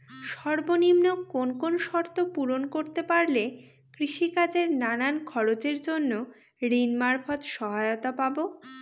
সর্বনিম্ন কোন কোন শর্ত পূরণ করতে পারলে কৃষিকাজের নানান খরচের জন্য ঋণ মারফত সহায়তা পাব?